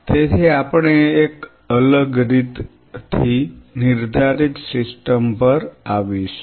તેથી આપણે એક અલગ રીત થી નિર્ધારિત સિસ્ટમ પર આવીશું